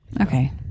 Okay